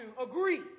agree